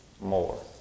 more